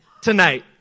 tonight